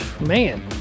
Man